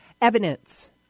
evidence